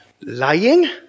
lying